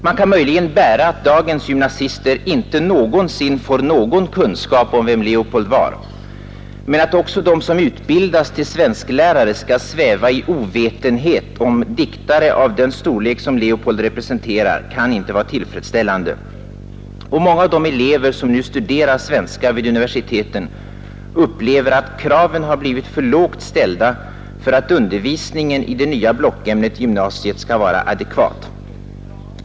Man kan möjligen bära, att dagens gymnasister inte någonsin får någon kunskap om vem Leopold var. Men att också de som utbildas till svensklärare skall sväva i ovetenhet om diktare av den storlek som Leopold representerar kan inte vara tillfredsställande. Många av de elever som nu studerar svenska vid universiteten upplever att kraven har blivit för lågt ställda för att undervisningen i det nya blockämnet i gymnasiet skall vara adekvat.